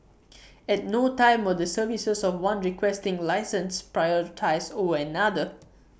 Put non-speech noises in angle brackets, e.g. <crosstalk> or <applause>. <noise> at no time were the services of one Requesting Licensee prioritised over another